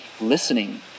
listening